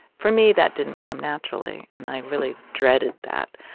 for me, that didn't come naturally. and i really dreaded that,